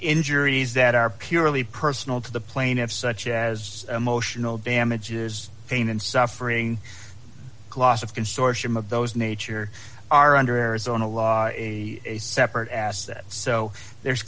injuries that are purely personal to the plaintiff such as emotional damages pain and suffering loss of consortium of those nature are under arizona law separate assets so there's